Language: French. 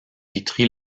vitry